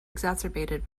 exacerbated